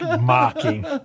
mocking